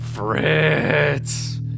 Fritz